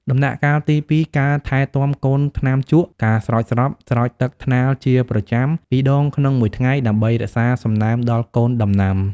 ដំណាក់កាលទី ២ ការថែទាំកូនថ្នាំជក់ ការស្រោចស្រព ស្រោចទឹកថ្នាលជាប្រចាំពីរដងក្នុងមួយថ្ងៃ ដើម្បីរក្សាសំណើមដល់កូនដំណាំ។